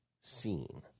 seen